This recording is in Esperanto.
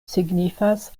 signifas